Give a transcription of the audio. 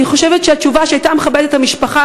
אני חושבת שהתשובה שהייתה מכבדת את המשפחה